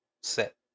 set